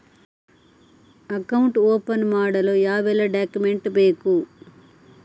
Account open ಮಾಡಲು ಯಾವೆಲ್ಲ document ಬೇಕು?